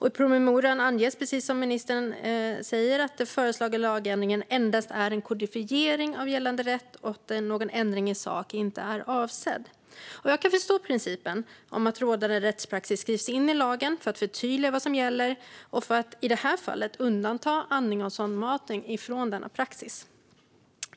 I promemorian anges, precis som ministern säger, att den föreslagna lagändringen endast är en kodifiering av gällande rätt och att någon ändring i sak inte avses. Jag kan förstå principen om att rådande rättspraxis skrivs in i lagen för att förtydliga vad som gäller och för att, i det här fallet, undanta andning och sondmatning från denna praxis.